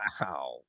Wow